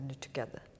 together